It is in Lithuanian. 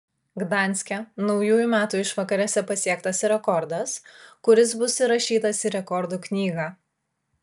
gdanske naujųjų metų išvakarėse pasiektas rekordas kuris bus įrašytas į rekordų knygą